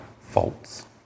faults